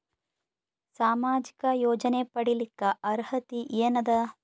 ಸಾಮಾಜಿಕ ಯೋಜನೆ ಪಡಿಲಿಕ್ಕ ಅರ್ಹತಿ ಎನದ?